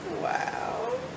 Wow